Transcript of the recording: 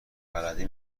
بلدی